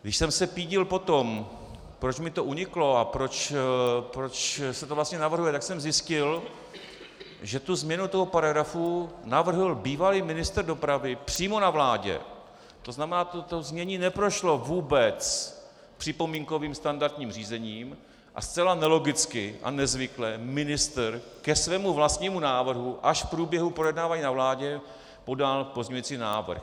Když jsem se pídil po tom, proč mi to uniklo a proč se to vlastně navrhuje, tak jsem zjistil, že změnu paragrafu navrhl bývalý ministr dopravy přímo na vládě, tzn. znění neprošlo vůbec připomínkovým standardním řízením a zcela nelogicky a nezvykle ministr ke svému vlastnímu návrhu až v průběhu projednávání na vládě podal pozměňovací návrh.